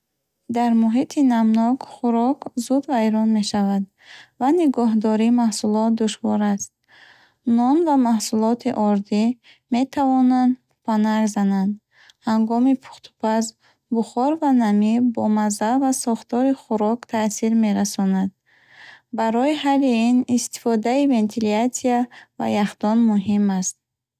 Дар муҳити намнок хӯрок зуд вайрон мешавад ва нигоҳдории маҳсулот душвор аст. Нон ва маҳсулоти ордӣ метавонанд пӯпанак зананд. Ҳангоми пухтупаз, бухор ва намӣ бо мазза ва сохтори хӯрок таъсир мерасонанд. Барои ҳалли ин, истифодаи вентилятсия ва яхдон муҳим аст.